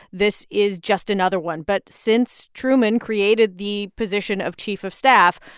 this is just another one but since truman created the position of chief of staff,